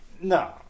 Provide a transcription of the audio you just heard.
No